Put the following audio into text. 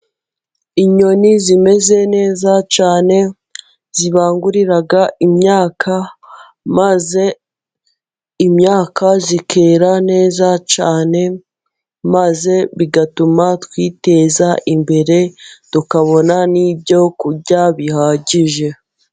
Inyoni zimeze neza cyane zibangurira imyaka, maze imyaka ikera neza cyane maze bigatuma twiteza imbere, tukabona n'ibyo kurya bihagije.